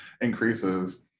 increases